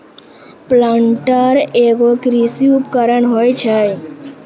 planter एगो कृषि उपकरण होय छै